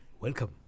Welcome